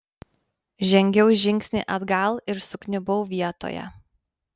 žengiau žingsnį atgal ir sukniubau vietoje